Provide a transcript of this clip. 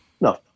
No